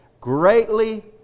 greatly